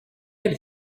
elle